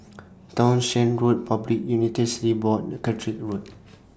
Townshend Road Public Utilities Board and Catrick Road